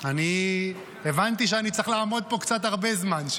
אני הבנתי שאני צריך לעמוד פה קצת הרבה זמן,